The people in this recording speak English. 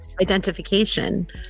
Identification